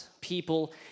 people